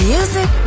Music